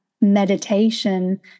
meditation